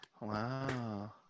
Wow